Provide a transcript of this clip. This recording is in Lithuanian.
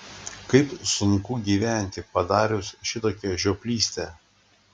kaip sunku gyventi padarius šitokią žioplystę